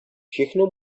všechno